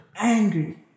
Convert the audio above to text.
angry